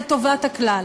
לטובת הכלל,